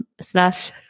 slash